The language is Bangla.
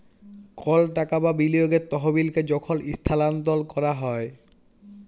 কল টাকা বা বিলিয়গের তহবিলকে যখল ইস্থালাল্তর ক্যরা হ্যয়